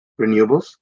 renewables